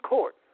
Court